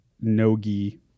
Nogi